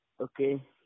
Okay